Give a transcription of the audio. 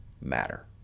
matter